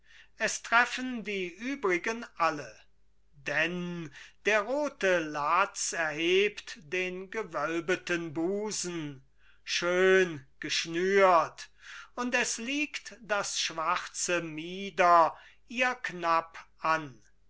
es treffen die übrigen alle denn der rote latz erhebt den gewölbeten busen schön geschnürt und es liegt das schwarze mieder ihr knapp an